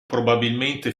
probabilmente